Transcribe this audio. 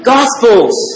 Gospels